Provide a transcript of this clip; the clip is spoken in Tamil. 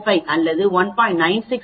645 அல்லது 1